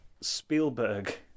Spielberg